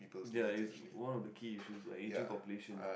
ya it's one of the key issues what aging population